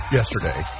yesterday